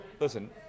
Listen